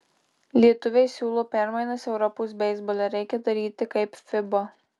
lietuviai siūlo permainas europos beisbole reikia daryti kaip fiba